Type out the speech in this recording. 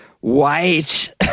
white